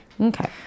Okay